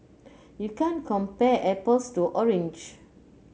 you can't compare apples to orange